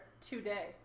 today